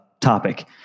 topic